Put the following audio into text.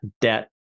debt